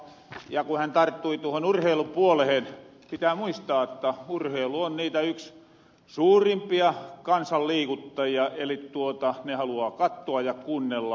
kun hän tarttui tuohon urheilupuolehen niin pitää muistaa että urheilu on yks niitä suurimpia kansan liikuttajia eli ne haluaa kattoa ja kuunnella